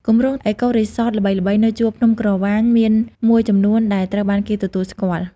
គម្រោង អេកូរីសតល្បីៗនៅជួរភ្នំក្រវាញមានមួយចំនួនដែលត្រូវបានគេទទួលស្គាល់។